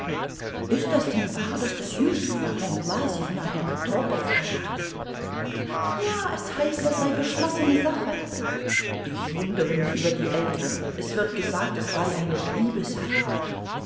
ist das denn wahr daß das jüngste fräulein wlasjewna herrn topow heiratet ja es heißt das sei beschlossene sache ich wundere mich über die eltern es wird gesagt es sei eine